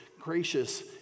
gracious